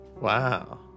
Wow